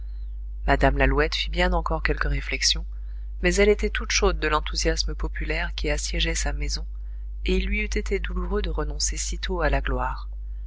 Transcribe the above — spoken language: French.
mme lalouette fit bien encore quelques réflexions mais elle était toute chaude de l'enthousiasme populaire qui assiégeait sa maison et il lui eût été douloureux de renoncer si tôt à la gloire